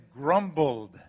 grumbled